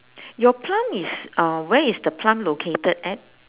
your plum is uh where is the plum located at